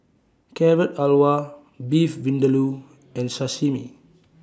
Carrot Halwa Beef Vindaloo and Sashimi